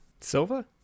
Silva